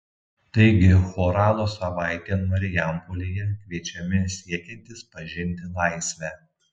taigi choralo savaitėn marijampolėje kviečiami siekiantys pažinti laisvę